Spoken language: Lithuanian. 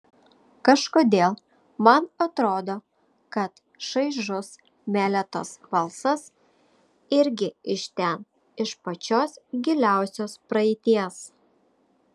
kažkodėl man atrodo kad šaižus meletos balsas irgi iš ten iš pačios giliausios praeities